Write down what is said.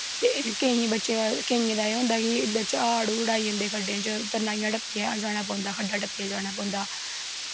ते केंइयें दा एह् होंदा कि बिच्च हाड़ हूड़ आई जंदे खड्डें च तरनाइयां टप्पियै जाना पौंदा खड्डां टप्पियै जाना पौंदा